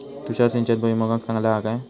तुषार सिंचन भुईमुगाक चांगला हा काय?